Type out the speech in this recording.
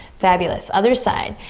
fabulous, other side.